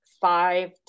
five